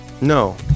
No